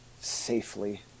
safely